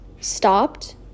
stopped